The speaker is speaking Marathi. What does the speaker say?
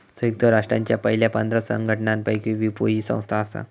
संयुक्त राष्ट्रांच्या पयल्या पंधरा संघटनांपैकी विपो ही संस्था आसा